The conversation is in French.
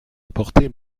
apporté